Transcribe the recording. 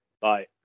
bye